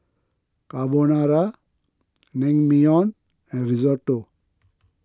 Carbonara Naengmyeon and Risotto